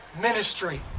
ministry